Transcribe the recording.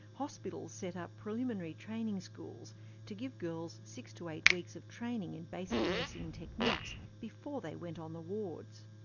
hospitals set up preliminary training schools to give girls six to eight weeks of training in basic nursing techniques before they went on the wards.